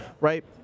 right